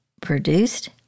produced